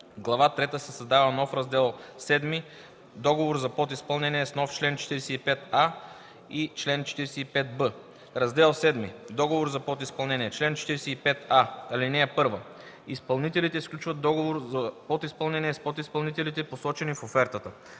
Глава трета се създава нов Раздел VII „Договор за подизпълнение” с нов чл. 45а и чл. 45б: „Раздел VII Договор за подизпълнение Чл. 45а. (1) Изпълнителите сключват договор за подизпълнение с подизпълнителите, посочени в офертата.